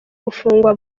gufungwa